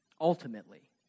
ultimately